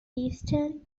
eastern